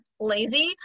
lazy